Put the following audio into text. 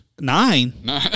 Nine